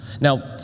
Now